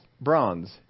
bronze